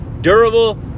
durable